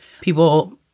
people